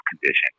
condition